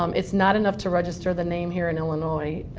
um it's not enough to register the name here in illinois.